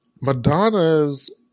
Madonna's